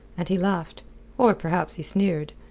and he laughed or perhaps he sneered.